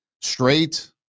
straight